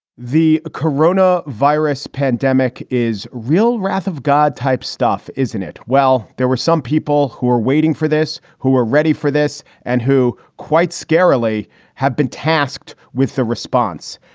the corona virus pandemic is real wrath of god type stuff, isn't it? well, there were some people who are waiting for this, who are ready for this and who quite scarily have been tasked with the response.